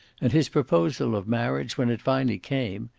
and his proposal of marriage, when it finally came,